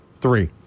Three